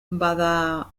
bada